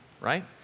right